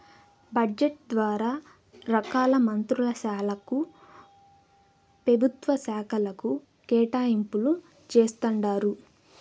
budget ద్వారా రకాల మంత్రుల శాలకు, పెభుత్వ శాకలకు కేటాయింపులు జేస్తండారు